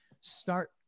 start